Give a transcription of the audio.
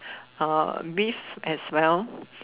oh beef as well